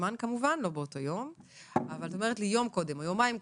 כמובן יום או יומיים קודם: